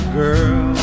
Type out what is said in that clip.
girl